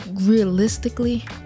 realistically